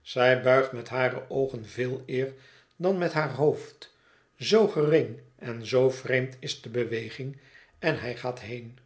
zij buigt met hare oogen veeleer dan met haar hoofd zoo gering en zoo vreemd is de beweging en hij gaat heen